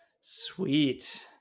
sweet